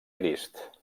crist